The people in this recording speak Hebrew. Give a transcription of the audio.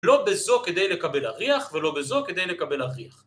לא בזו כדי לקבל אריח ולא בזו כדי לקבל אריח